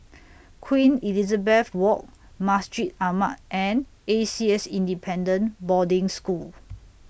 Queen Elizabeth Walk Masjid Ahmad and A C S Independent Boarding School